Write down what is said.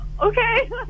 okay